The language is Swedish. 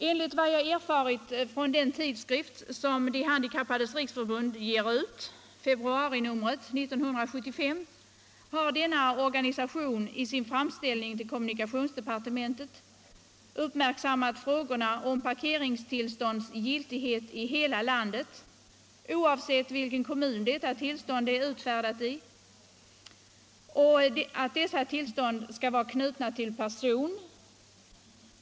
Enligt vad jag erfarit från den tidskrift som DHR ger ut, februarinumret 1975, har denna organisation i sin framställning till kommunikationsdepartementet uppmärksammat frågorna om parkeringstillstånds giltighet i hela landet, oavsett i vilken kommun detta tillstånd är utfärdat och att tillstånd skall vara knutet till person.